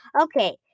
okay